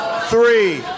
three